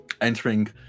entering